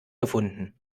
gefunden